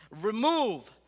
Remove